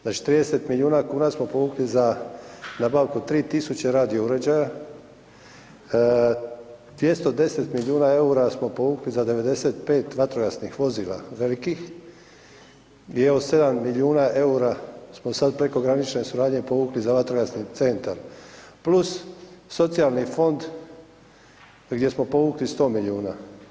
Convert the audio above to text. Znači 30 milijuna kuna smo povukli za nabavku 3 tisuće radio uređaja, 210 milijuna eura smo povukli za 95 vatrogasnih vozila velikih i evo 7 milijuna eura smo sada prekogranične suradnje povukli za vatrogasni centar, plus socijalni fond gdje smo povukli 100 milijuna.